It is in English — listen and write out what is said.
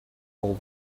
old